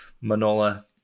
Manola